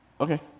Okay